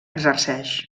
exerceix